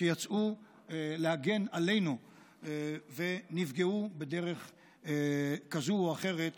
שיצאו להגן עלינו ונפגעו בדרך כזו או אחרת